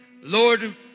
Lord